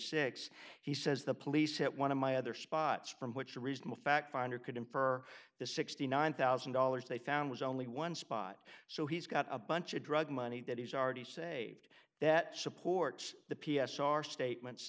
six he says the police at one of my other spots from which reasonable fact finder could infer the sixty nine thousand dollars they found was only one spot so he's got a bunch of drug money that he's already saved that supports the p s r statements